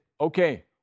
okay